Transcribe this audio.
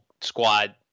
squad